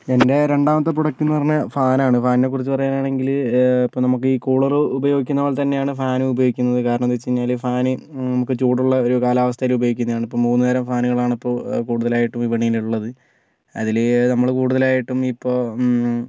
എൻ്റെ രണ്ടാമത്തെ പ്രോഡക്റ്റ്ന്നു പറഞ്ഞാൽ ഫാനാണ് ഫാനിനെ കുറിച്ച് പറയുകയാണെങ്കില് ഇപ്പോൾ നമുക്ക് ഈ കൂളറ് ഉപയോഗിക്കുന്ന പോലെത്തന്നെയാണ് ഫാനും ഉപയോഗിക്കുന്നത് കാരണം എന്താന്ന് വെച്ചു കഴിഞ്ഞാല് ഫാന് നമുക്ക് ചൂടുള്ള ഒരു കാലാവസ്ഥയില് ഉപയോഗിക്കുന്നതാണ് ഇപ്പോൾ മൂന്ന് തരം ഫാനുകളാണിപ്പോൾ കൂടുതലായിട്ടും വിപണിയിലുള്ളത് അതില് നമ്മള് കൂടുതലായിട്ടും ഇപ്പോൾ